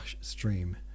Stream